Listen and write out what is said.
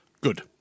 Good